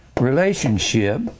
Relationship